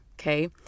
Okay